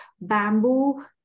bamboo